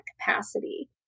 capacity